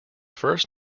first